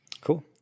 Cool